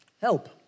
Help